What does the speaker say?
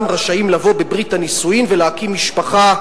רשאים לבוא בברית הנישואים ולהקים משפחה,